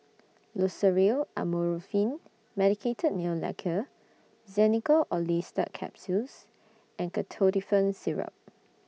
Loceryl Amorolfine Medicated Nail Lacquer Xenical Orlistat Capsules and Ketotifen Syrup